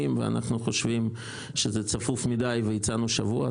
ואנחנו חושבים שזה צפוף מדי והצענו שבוע,